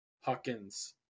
Hawkins